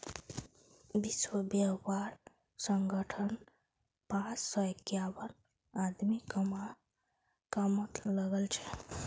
विश्व व्यापार संगठनत पांच सौ इक्यावन आदमी कामत लागल छ